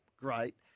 great